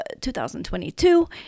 2022